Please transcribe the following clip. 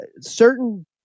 certain